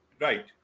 Right